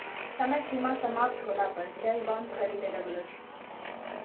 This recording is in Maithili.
समय सीमा समाप्त होला पर चेक बाउंस करी देलो गेलो छै